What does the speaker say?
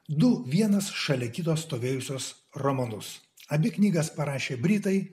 du vienas šalia kito stovėjusius romanus abi knygas parašė britai